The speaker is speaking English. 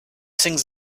sings